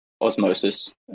osmosis